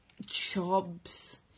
jobs